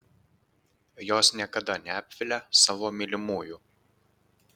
jos niekada neapvilia savo mylimųjų